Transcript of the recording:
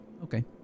Okay